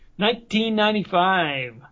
1995